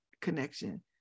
connection